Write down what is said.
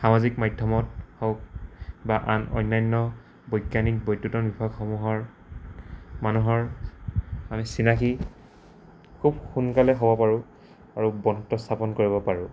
সামাজিক মাধ্যমত হওক বা আন অন্যান্য বৈজ্ঞানিক বৈদ্যুতন বিভাগসমূহৰ মানুহৰ আমি চিনাকি খুব সোনকালে হ'ব পাৰোঁ আৰু বন্ধুত্ব স্থাপন কৰিব পাৰোঁ